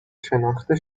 شناخته